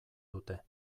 dute